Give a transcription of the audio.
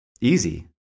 easy